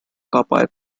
kappa